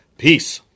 Peace